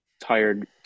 tired